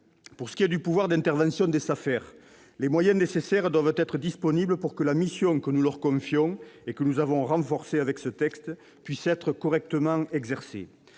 Pour ce qui est du pouvoir d'intervention des SAFER, les moyens nécessaires doivent être disponibles pour que la mission que nous leur confions et que nous avons renforcée avec ce texte puisse être correctement exercée.